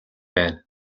байна